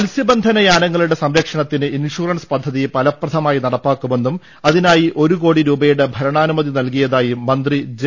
മത്സ്യബന്ധന യാനങ്ങളുടെ സംരക്ഷണത്തിന് ഇൻഷുറൻസ് പദ്ധതി ഫലപ്രദമായി നടപ്പാക്കുമെന്നും അതിനായി ഒരു കോടി രൂപ യുടെ ഭരണാനുമതി നൽകിയതായും മന്ത്രി ജെ